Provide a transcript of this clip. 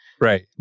Right